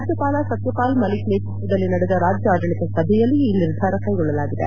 ರಾಜ್ಯಪಾಲ ಸತ್ಯಪಾಲ್ ಮಲಿಕ್ ನೇತೃತ್ವದಲ್ಲಿ ನಡೆದ ರಾಜ್ಯ ಆಡಳಿತ ಸಭೆಯಲ್ಲಿ ಈ ನಿರ್ಧಾರ ಕೈಗೊಳ್ಳಲಾಗಿದೆ